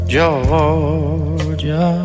Georgia